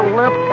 lip